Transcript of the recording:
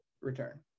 return